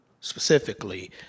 specifically